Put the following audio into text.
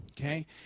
okay